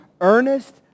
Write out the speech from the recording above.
earnest